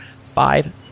five